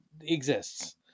exists